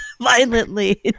violently